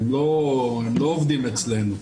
הן לא עובדות אצלנו.